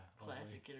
Classic